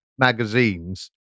magazines